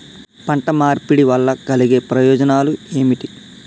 పంట మార్పిడి వల్ల కలిగే ప్రయోజనాలు ఏమిటి?